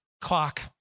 clock